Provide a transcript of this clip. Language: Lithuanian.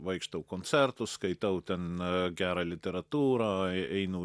vaikštau į koncertus skaitau ten gerą literatūrą einu